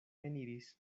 eniris